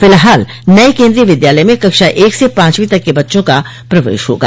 फिलहाल नये केन्द्रीय विद्यालय में कक्षा एक से पांचवीं तक के बच्चों का प्रवेश होगा